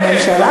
זה כן.